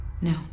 No